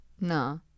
No